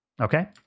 Okay